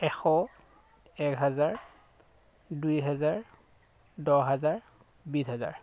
এশ এক হেজাৰ দুই হেজাৰ দহ হেজাৰ বিছ হেজাৰ